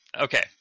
Okay